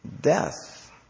death